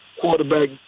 quarterback